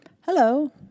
hello